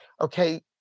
Okay